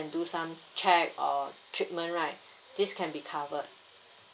and do some check or treatment right this can be covered